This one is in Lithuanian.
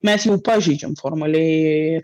mes jau pažeidžiam formaliai